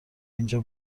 اینجا